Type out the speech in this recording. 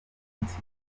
munsi